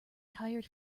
tired